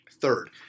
Third